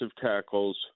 tackles